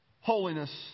Holiness